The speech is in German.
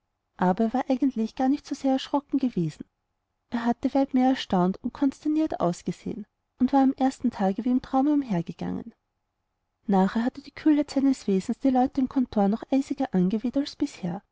aber er war eigentlich gar nicht sehr erschrocken gewesen er hatte weit mehr erstaunt und konsterniert ausgesehen und war am ersten tage wie im traume umhergegangen nachher hatte die kühlheit seines wesens die leute im kontor noch eisiger angeweht als bisher